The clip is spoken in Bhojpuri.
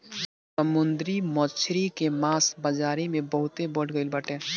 समुंदरी मछरी के मांग बाजारी में बहुते बढ़ गईल बाटे